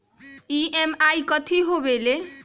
EMI कथी होवेले?